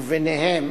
וביניהם: